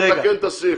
אנחנו נתקן את הסעיף,